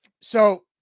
So-